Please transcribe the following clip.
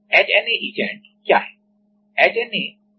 HNA etchant HNA etchant क्या है